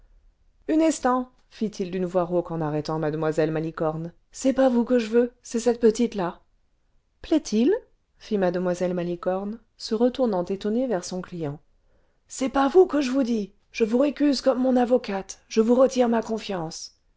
fit-il d'une voix rauque en arrêtant mademoiselle malicorne c'est pas vous que je veux c'est cette petite là plaît-il fit m le malicorne se retournant étonnée vers son client c'est pas vous que je vous dis je vous récuse comme'mon avocate je vous retire ma confiance